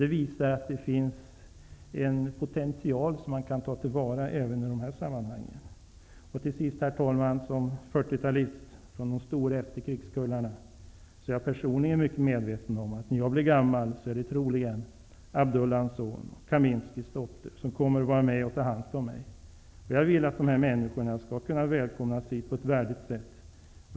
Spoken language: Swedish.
Det visar att det finns en potential som kan tas till vara även i dessa sammanhang. Herr talman! Som 40-talist, från de stora efterkrigskullarna, är jag personligen mycket medveten om, att när jag blir gammal är det troligen Abdullans son och Kaminskys dotter som kommer att ta hand om mig. Jag vill att dessa människor skall välkomnas hit på ett värdigt sätt.